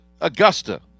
Augusta